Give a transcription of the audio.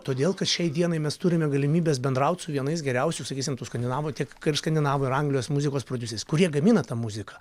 todėl kad šiai dienai mes turime galimybes bendraut su vienais geriausių sakysim tų skandinavų tiek kaip skandinavų ir anglijos muzikos prodiuseriais kurie gamina tą muziką